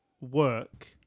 work